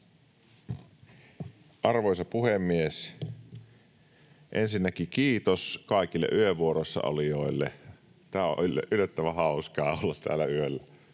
Arvoisa puhemies! Ensinnäkin kiitos kaikille yövuorossa olijoille. On yllättävän hauskaa olla täällä yöllä.